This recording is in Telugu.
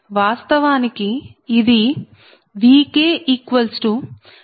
వాస్తవానికి ఇది VkZj1I1Zj2I2ZjjIjZjnInZjjZbIk